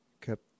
kept